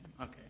Okay